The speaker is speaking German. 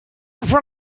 von